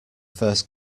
first